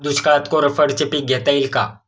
दुष्काळात कोरफडचे पीक घेता येईल का?